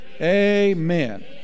Amen